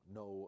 no